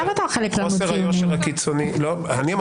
נכון.